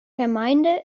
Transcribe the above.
gemeinde